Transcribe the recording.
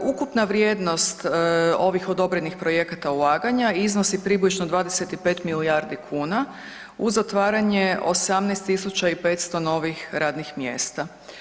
Ukupna vrijednost ovih odobrenih projekata ulaganja iznosi približno 25 milijardi kuna, uz otvaranje 18 500 novih radnih mjesta.